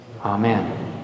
Amen